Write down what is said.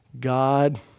God